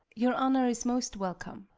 your honour is most welcome.